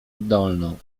dolną